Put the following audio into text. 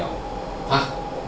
!huh!